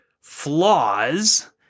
flaws